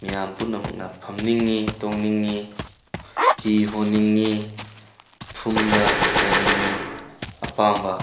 ꯃꯤꯌꯥꯝ ꯄꯨꯝꯅꯃꯛꯅ ꯐꯝꯅꯤꯡꯉꯤ ꯇꯣꯡꯅꯤꯡꯉꯤ ꯍꯤ ꯍꯣꯟꯅꯤꯡꯉꯤ ꯐꯨꯝꯗ ꯂꯩꯅꯤꯡꯉꯤ ꯑꯄꯥꯝꯕ